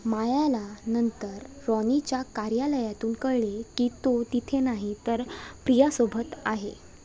मायाला नंतर रॉनीच्या कार्यालयातून कळले की तो तिथे नाही तर प्रियासोबत आहे